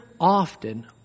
often